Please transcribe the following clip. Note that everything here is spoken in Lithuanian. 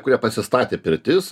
kurie pasistatė pirtis